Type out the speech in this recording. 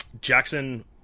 Jackson